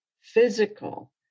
physical